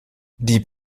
die